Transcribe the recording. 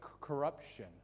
corruption